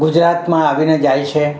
ગુજરાતમાં આવીને જાય છે